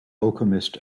alchemist